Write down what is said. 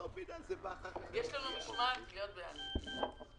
יצאו לחל"ת, יוכלו לחזור חזרה.